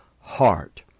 heart